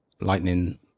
Lightning